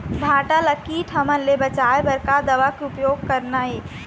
भांटा ला कीट हमन ले बचाए बर का दवा के उपयोग करना ये?